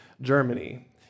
Germany